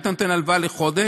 אם אתה נותן הלוואה לחודש,